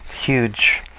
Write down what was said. huge